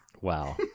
Wow